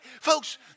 Folks